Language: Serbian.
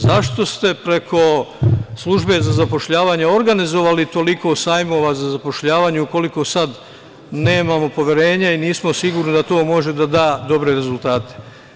Zašto ste preko Službe za zapošljavanje organizovali toliko sajmova za zapošljavanje ukoliko sada nemamo poverenja i nismo sigurni da to može da da dobre rezultate?